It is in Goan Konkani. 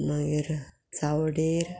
मागीर चावडेर